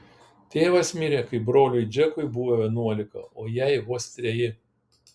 tėvas mirė kai broliui džekui buvo vienuolika o jai vos treji